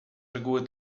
reguły